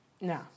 No